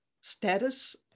status